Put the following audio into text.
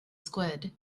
squid